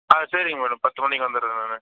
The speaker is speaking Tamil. ஆ சரிங்க மேடம் பத்து மணிக்கு வந்துடுறேன் நான்